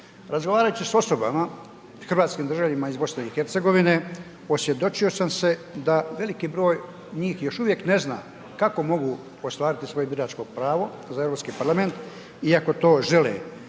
Razgovarajući s osobama, hrvatskim državljanima iz BiH, osvjedočio sam se da veliki broj njih još uvijek ne zna kako mogu ostvariti svoje biračko pravo za Europski parlament iako to žele interesi